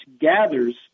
gathers